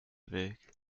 weg